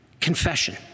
confession